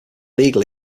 legal